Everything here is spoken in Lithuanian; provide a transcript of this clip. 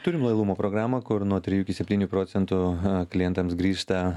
turim lojalumo programą kur nuo trijų iki septynių procentų klientams grįžta